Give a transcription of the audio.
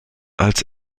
als